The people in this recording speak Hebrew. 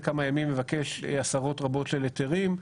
כמה ימים מבקש עשרות רבות של היתרים,